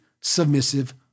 submissive